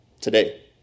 today